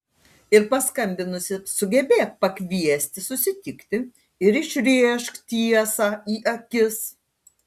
ir paskambinusi sugebėk pakviesti susitikti ir išrėžk tiesą į akis